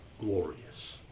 glorious